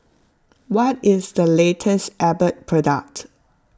what is the latest Abbott product